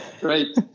Great